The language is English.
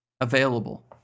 available